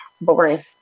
boring